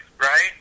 right